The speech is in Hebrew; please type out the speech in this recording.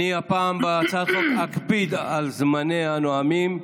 הפעם בהצעת החוק אני אקפיד על זמני הנואמים,